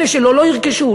אלה שלא, לא ירכשו.